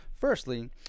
Firstly